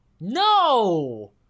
No